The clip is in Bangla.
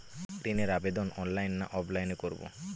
ঋণের আবেদন অনলাইন না অফলাইনে করব?